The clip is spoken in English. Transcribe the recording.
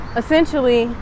essentially